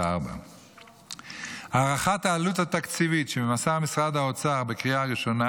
2024. הערכת העלות התקציבית שמסר משרד האוצר בקריאה הראשונה,